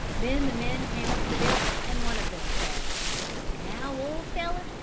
then the men came up to billy and one of them said now, old fellow,